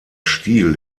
stiel